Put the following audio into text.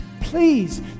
please